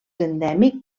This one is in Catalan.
endèmic